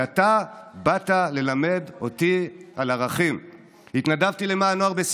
המצב האיום והנורא הזה הוא מצב שאנחנו היינו עוד יכולים לעצור כאן היום,